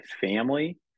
family